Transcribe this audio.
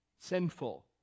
Sinful